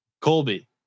Colby